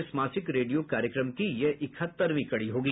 इस मासिक रेडियो कार्यक्रम की यह इकहत्तरवीं कड़ी होगी